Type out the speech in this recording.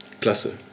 klasse